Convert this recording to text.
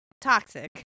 toxic